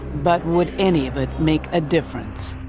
but would any of it make a difference?